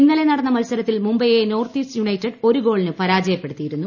ഇന്നലെ നടന്ന മത്സരത്തിൽ മുംബൈയെ നോർത്ത് ഈസ്റ്റ് യുണൈറ്റഡ് ഒരു ഗോളിന് പരാജയപ്പെടുത്തിയിരുന്നു